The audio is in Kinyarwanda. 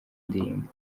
indirimbo